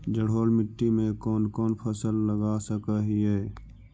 जलोढ़ मिट्टी में कौन कौन फसल लगा सक हिय?